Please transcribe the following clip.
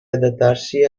adattarsi